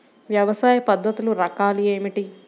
వ్యవసాయ పద్ధతులు రకాలు ఏమిటి?